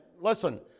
Listen